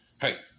hey